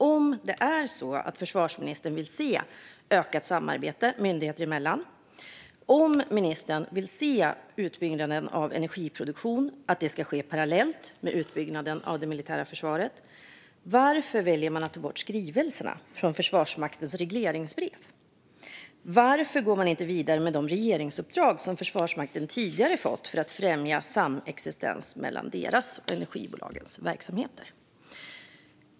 Om det är så att försvarsministern vill se ökat samarbete myndigheter emellan och vill att utbyggnaden av energiproduktion ska ske parallellt med utbyggnaden av det militära försvaret, varför väljer man då att ta bort dessa skrivningar från Försvarsmaktens regleringsbrev? Och varför går man inte vidare med de regeringsuppdrag som Försvarsmakten tidigare fått om att främja samexistens mellan Försvarsmaktens och energibolagens verksamheter?